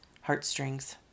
heartstrings